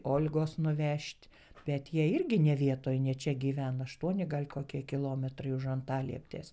olgos nuvežt bet jai irgi ne vietoj ne čia gyvena aštuoni gal kokie kilometrai už antalieptės